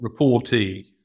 reportee